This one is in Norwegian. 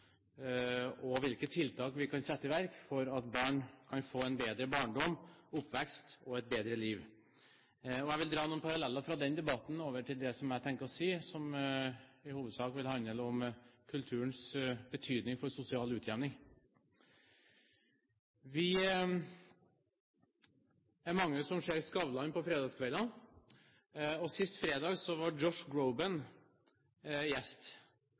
og hvilke tiltak vi kan sette i verk for at barn kan få en bedre barndom og oppvekst og et bedre liv. Jeg vil dra noen paralleller fra den debatten over til det jeg hadde tenkt å si, som i hovedsak vil handle om kulturens betydning for sosial utjevning. Vi er mange som ser på Skavlan på fredagskveldene. Sist fredag var Josh Groban gjest,